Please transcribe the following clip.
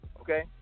okay